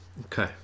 Okay